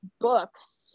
books